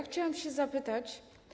Chciałam się zapytać.